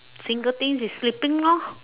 single things is sleeping lor